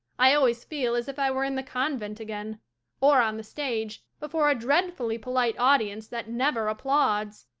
i always feel as if i were in the convent again or on the stage, before a dreadfully polite audience that never applauds.